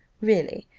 really,